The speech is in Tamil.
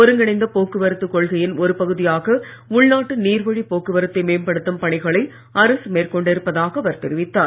ஒருங்கிணைந்த போக்குவரத்து கொள்கையின் ஒருபகுதியாக உள்நாட்டு நீர்வழி போக்குவரத்தை மேம்படுத்தும் பணிகளை அரசு மேற்கொண்டிருப்பதாக அவர் தெரிவித்தார்